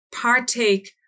partake